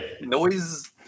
Noise